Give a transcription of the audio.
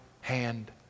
hand